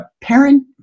parent